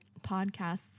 podcasts